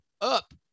up